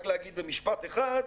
רק להגיד במשפט אחד: